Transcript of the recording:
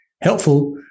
helpful